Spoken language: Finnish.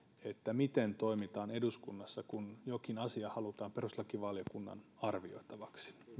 miten toimitaan eduskunnassa kun jokin asia halutaan perustuslakivaliokunnan arvioitavaksi